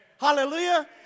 Hallelujah